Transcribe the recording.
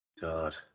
God